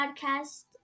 podcast